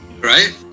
Right